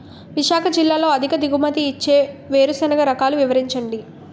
విశాఖ జిల్లాలో అధిక దిగుమతి ఇచ్చే వేరుసెనగ రకాలు వివరించండి?